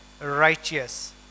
righteous